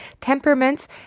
temperaments